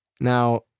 Now